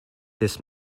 this